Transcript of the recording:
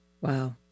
Wow